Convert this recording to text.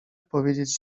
powiedzieć